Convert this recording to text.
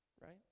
right